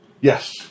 Yes